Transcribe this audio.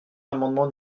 l’amendement